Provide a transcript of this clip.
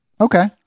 Okay